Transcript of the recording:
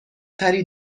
تری